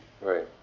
right